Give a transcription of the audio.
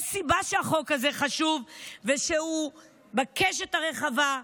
יש סיבה לכך שהחוק הזה חשוב ושהוא בקשת הרחבה,